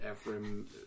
Ephraim